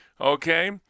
Okay